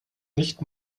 nicht